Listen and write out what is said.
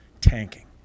tanking